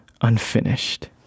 unfinished